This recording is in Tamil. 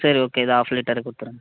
சரி ஓகே இது ஆஃப் லிட்டரே கொடுத்துருங்க